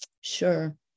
Sure